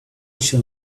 shall